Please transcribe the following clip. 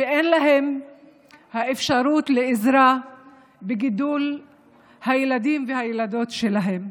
שאין להן אפשרות לעזרה בגידול הילדים והילדות שלהן.